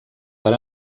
per